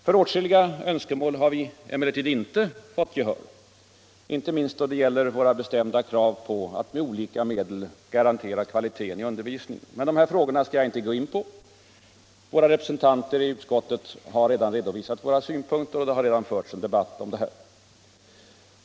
För åtskilliga önskemål har vi emellertid inte fått gehör, inte minst våra bestämda krav på att med olika medel garantera kvaliteten på undervisningen. Men dessa frågor skall jag inte gå in på. Våra representanter i utskottet har redovisat våra synpunkter, och det har redan förts en debatt om detta.